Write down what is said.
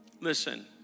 Listen